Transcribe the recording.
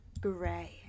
gray